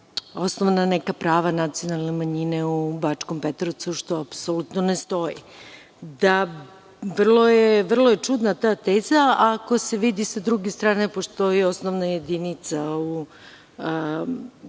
osnovna prava nacionalne manjine u Bačkom Petrovcu, što apsolutno ne stoji. Vrlo je čudna ta teza, ako se vidi da sa druge strane postoji osnovna jedinica u